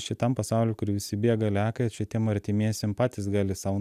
šitam pasauly kur visi bėga lekia čia tiem artimiesiem patys gali sau